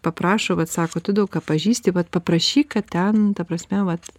paprašo vat sako tu daug ką pažįsti vat paprašyk kad ten ta prasme vat